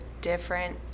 different